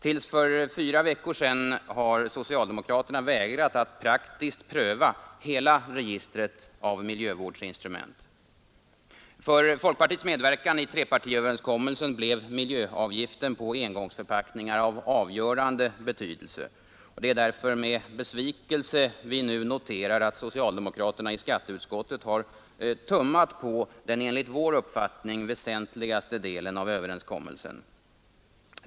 Till för fyra veckor sedan har socialdemokraterna vägrat att praktiskt pröva hela registret av miljövårdsinstrument. För folkpartiets medverkan i trepartiöverenskommelsen blev miljöavgiften på engångsförpackningar av avgörande betydelse. Det är därför med besvikelse vi nu noterar att socialdemokraterna i skatteutskottet har tummat på den enligt vår uppfattning väsentligaste delen av överenskommelsen.